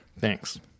Thanks